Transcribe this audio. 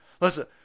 Listen